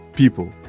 people